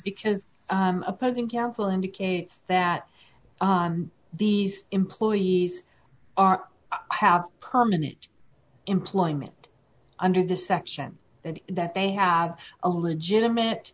because opposing counsel indicates that these employees are i have permanent employment under the section and that they have a legitimate